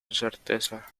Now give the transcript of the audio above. certeza